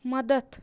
مدد